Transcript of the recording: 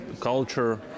culture